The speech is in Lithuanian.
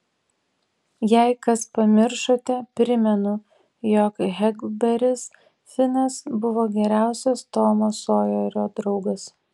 jei kas pamiršote primenu jog heklberis finas buvo geriausias tomo sojerio draugas